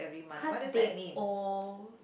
because they owe